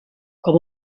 com